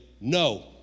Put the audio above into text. no